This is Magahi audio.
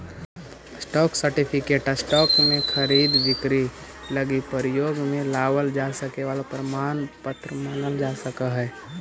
स्टॉक सर्टिफिकेट स्टॉक के खरीद बिक्री लगी प्रयोग में लावल जा सके वाला प्रमाण पत्र मानल जा सकऽ हइ